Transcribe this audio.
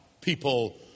people